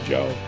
Joe